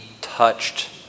touched